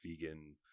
vegan